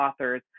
authors